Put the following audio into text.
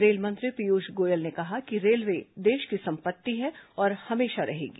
rail मंत्री पीयूष गोयल ने कहा कि रेलवे देश की सम्पत्ति है और हमेशा रहेगी